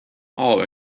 all